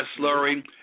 slurry